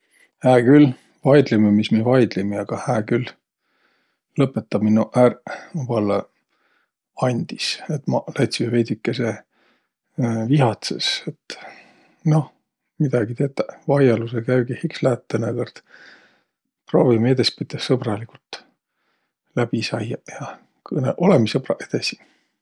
Hää külh, vaidlimiq, mis mi vaidlimiq, aga hää külh, lõpõtamiq noq ärq. Ma pallõ andis, et ma lätsi vähäkese vihatsõs. Et noh, midägi tetäq, vaiõlusõ käügih iks läät tõõnõkõrd. Proovimiq edespiteh sõbraligult läbi saiaq ja kõnõ- olõmiq sõbraq edesi!